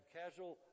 casual